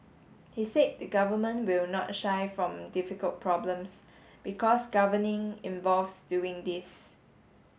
he said the government will not shy from difficult problems because governing involves doing these